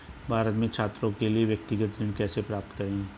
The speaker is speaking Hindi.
भारत में छात्रों के लिए व्यक्तिगत ऋण कैसे प्राप्त करें?